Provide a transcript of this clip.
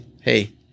Hey